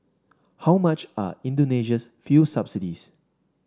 how much are Indonesia's fuel subsidies